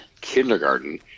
kindergarten